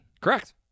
Correct